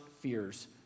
fears